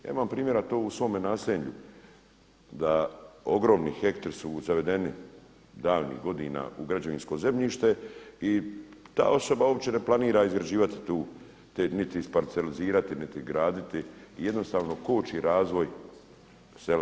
Ja imam primjera to u svome naselju da ogromni hektari su zavedeni davnih godina u građevinsko zemljište i da osoba uopće ne planira izgrađivati tu, niti isparcelizirati niti graditi i jednostavno koči razvoj sela.